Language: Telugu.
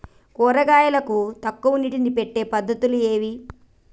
కూరగాయలకు తక్కువ నీటిని పెట్టే పద్దతులు ఏవి?